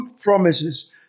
promises